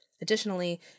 Additionally